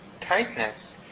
tightness